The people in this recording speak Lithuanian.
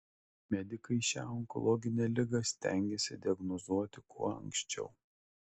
medikai šią onkologinę ligą stengiasi diagnozuoti kuo anksčiau